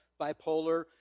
bipolar